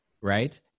right